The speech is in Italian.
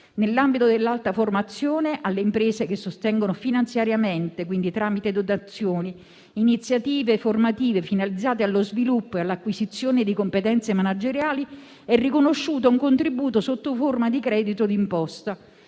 Nell'ambito dell'alta formazione, alle imprese che sostengono finanziariamente, quindi tramite dotazioni, iniziative formative finalizzate allo sviluppo e all'acquisizione di competenze manageriali, è riconosciuto un contributo sotto forma di credito d'imposta,